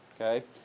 Okay